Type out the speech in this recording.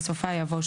בסופה יבוא :